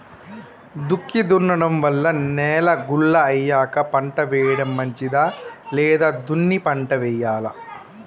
దుక్కి దున్నడం వల్ల నేల గుల్ల అయ్యాక పంట వేయడం మంచిదా లేదా దున్ని పంట వెయ్యాలా?